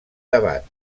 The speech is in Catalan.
debat